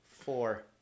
four